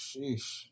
Sheesh